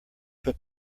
put